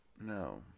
No